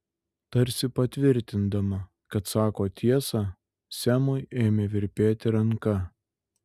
tarsi patvirtindama kad sako tiesą semui ėmė virpėti ranka